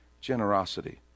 Generosity